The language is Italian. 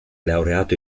laureato